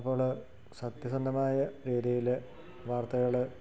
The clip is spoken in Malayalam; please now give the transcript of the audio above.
അപ്പോൾ സത്യസന്ധമായ രീതിയിൽ വാർത്തകൾ